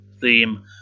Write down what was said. theme